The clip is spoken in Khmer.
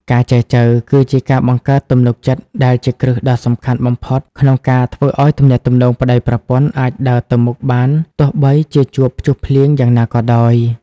ការចែចូវគឺជាការបង្កើត "ទំនុកចិត្ត" ដែលជាគ្រឹះដ៏សំខាន់បំផុត ក្នុងការធ្វើឱ្យទំនាក់ទំនងប្ដីប្រពន្ធអាចដើរទៅមុខបានទោះបីជាជួបព្យុះភ្លៀងយ៉ាងណាក៏ដោយ។